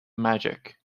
magic